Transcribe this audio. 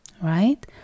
right